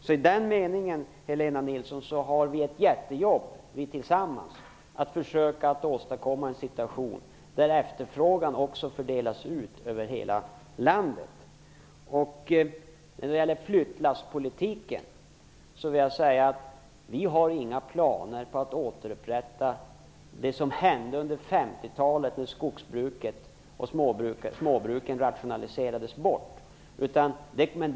Så i den meningen, Helena Nilsson, har vi tillsammans ett jättejobb med att försöka åstadkomma en situation där efterfrågan fördelas ut över hela landet. När det gäller flyttlasspolitiken vill jag säga att vi har inga planer på att upprepa det som hände under 50-talet, då skogsbruk och småbruk rationaliserades bort.